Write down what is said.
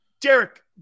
Derek